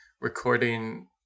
recording